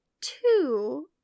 two